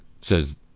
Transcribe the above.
says